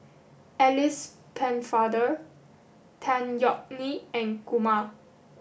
Alice Pennefather Tan Yeok Nee and Kumar